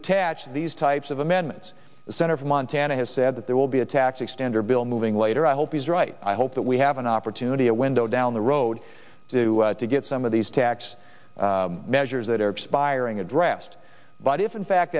attach these types of amendments the center for montana has said that there will be a tax extender bill moving later i hope he's right i hope that we have an opportunity a window down the road to get some of these tax measures that are expiring addressed but if in fact